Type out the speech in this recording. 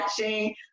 watching